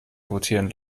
rotieren